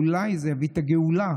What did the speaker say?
אולי זה יביא את הגאולה,